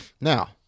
Now